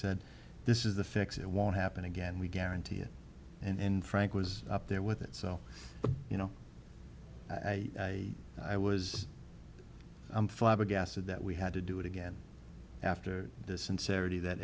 said this is the fix it won't happen again we guarantee it and frank was up there with it so you know i i was i'm flabbergasted that we had to do it again after the sincerity that